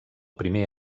primer